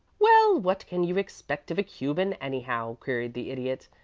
well, what can you expect of a cuban, anyhow? queried the idiot.